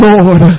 Lord